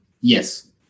Yes